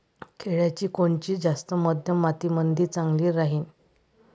केळाची कोनची जात मध्यम मातीमंदी चांगली राहिन?